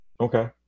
Okay